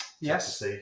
Yes